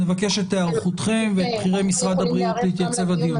נבקש את היערכותכם ואת בכירי משרד הבריאות להתייצב לדיון.